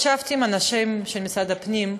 ישבתי עם אנשי משרד הפנים,